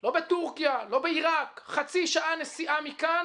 לא בטורקיה, לא בעירק, חצי שעה נסיעה מכאן